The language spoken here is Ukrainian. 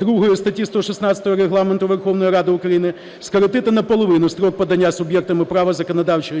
другої статті 116 Регламенту Верховної Ради України скоротити наполовину строк подання суб'єктами права законодавчої ініціативи